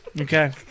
Okay